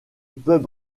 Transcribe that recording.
pub